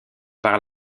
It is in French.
par